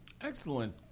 Excellent